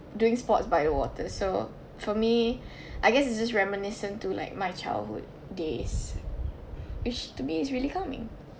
doing sports by the water so for me I guess is just reminiscent to like my childhood days which to me is really calming